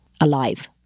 alive